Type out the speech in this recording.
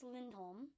Lindholm